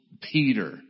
Peter